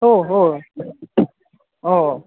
ഓഹോ ഓ